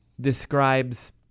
describes